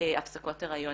הפסקות היריון.